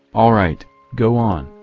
all right, go on,